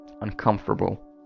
uncomfortable